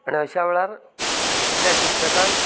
आनी अश्या वेळार त्या शिक्षकान